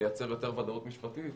אנחנו רוצים לייצר יותר וודאות משפטית